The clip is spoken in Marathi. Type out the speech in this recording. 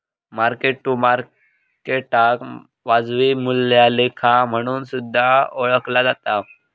मार्क टू मार्केटाक वाजवी मूल्या लेखा म्हणून सुद्धा ओळखला जाता